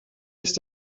ist